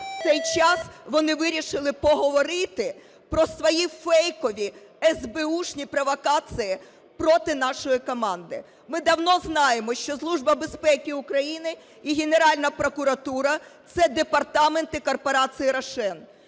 в цей час вони вирішили поговорити про свої фейкові, есбеушні провокації проти нашої команди. Ми давно знаємо, що Служба безпеки України і Генеральна прокуратура – це департаменти корпорації "Рошен",